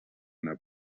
una